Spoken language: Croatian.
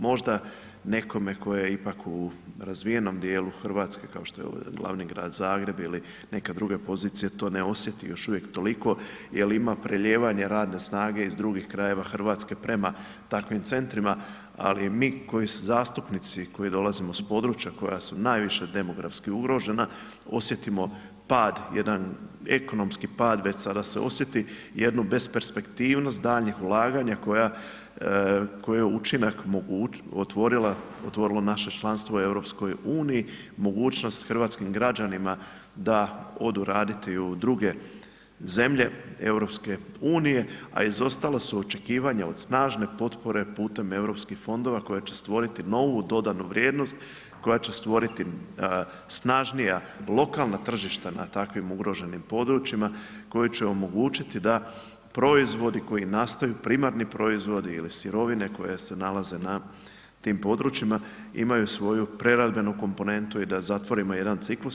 Možda nekome tko je ipak u razvijenom dijelu Hrvatske kao što je glavni grad Zagreb ili neke druge pozicije to ne osjeti još uvijek toliko jer ima prelijevanja radne snage iz drugih krajeva Hrvatske prema takvim centrima, ali mi zastupnici koji dolazimo iz područja koja su najviše demografski ugrožena osjetimo pad, jedan ekonomski pad već sada se osjeti i jednu besperspektivnost daljnjih ulaganja koja, koja je učinak otvorila, otvorilo naše članstvo u EU, mogućnost hrvatskim građanima da odu raditi u druge zemlje EU, a izostala su očekivanja od snažne potpore putem europskih fondova koje će stvoriti novu dodanu vrijednost, koja će stvoriti snažnija lokalna tržišta na takvim ugroženim područjima, koja će omogućiti da proizvodi koji nastaju, primarni proizvodi ili sirovine koje se nalaze na tim područjima imaju svoju preradbenu komponentu i da zatvorimo jedan ciklus.